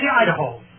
Idaho